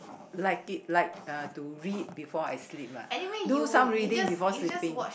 like it like uh to read before I sleep lah do some reading before sleeping